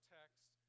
text